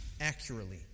accurately